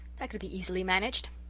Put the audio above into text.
that could be easily managed.